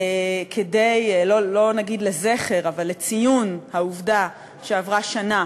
כדי, לא נגיד לזכר, אבל לציון העובדה שעברה שנה